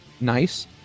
Nice